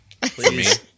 Please